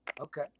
Okay